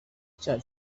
cyaha